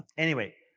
anyway,